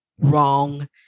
wrong